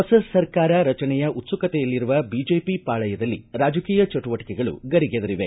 ಹೊಸ ಸರ್ಕಾರ ರಚನೆಯ ಉತ್ಸುಕತೆಯಲ್ಲಿರುವ ಬಿಜೆಪಿ ಪಾಳಯದಲ್ಲಿ ರಾಜಕೀಯ ಚಟುವಟಿಕೆಗಳು ಗರಿಗೆದರಿವೆ